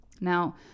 Now